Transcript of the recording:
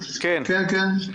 כן, כן.